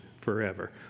forever